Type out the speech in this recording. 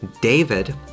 David